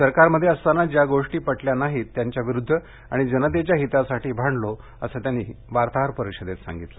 सरकारमध्ये असताना ज्या गोष्टी पटल्या नाहीत त्यांच्याविरुद्ध आणि जनतेच्या हितासाठी भांडलो असं त्यांनी वार्ताहर परिषदेत सांगितलं